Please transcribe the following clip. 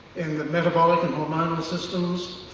in the metabolic and hormonal systems,